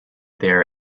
there